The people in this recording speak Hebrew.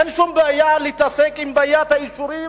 אין שום בעיה להתעסק עם בעיית האישורים,